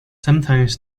sometimes